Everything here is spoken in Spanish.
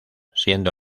siendo